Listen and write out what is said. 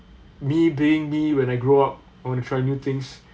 me being me when I grow up I wanna try new things